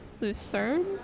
Lucerne